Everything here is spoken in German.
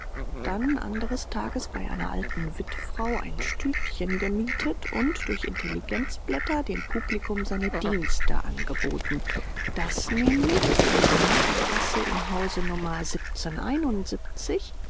dann anderes tages bei einer alten wittfrau ein stübchen gemietet und durch intelligenzblätter dem publikum seine dienste angeboten daß nämlich an der marktgasse im hause nr